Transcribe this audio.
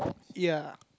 ya